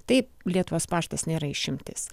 taip lietuvos paštas nėra išimtis